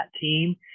team